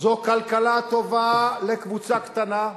זו כלכלה טובה לקבוצה קטנה.